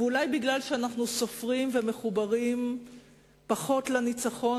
ואולי משום שאנחנו סופרים ומחוברים פחות לניצחון